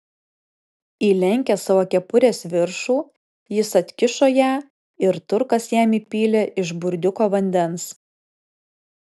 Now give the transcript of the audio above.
įlenkęs savo kepurės viršų jis atkišo ją ir turkas jam įpylė iš burdiuko vandens